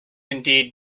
indeed